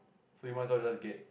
so you must or else get